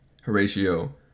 Horatio